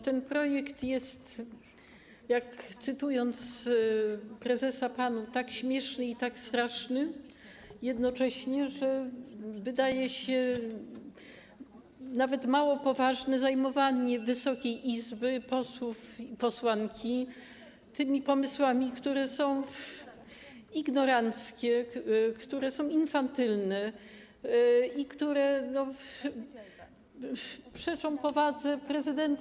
Ten projekt jest, cytując prezesa PAN-u, tak śmieszny i tak straszny jednocześnie, że wydaje się nawet mało poważne zajmowanie Wysokiej Izby, posłów i posłanek tymi pomysłami, które są ignoranckie, które są infantylne i które przeczą powadze prezydenta.